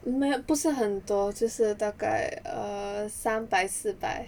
没有不是很多就是大概 err 三百四百